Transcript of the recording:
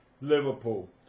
Liverpool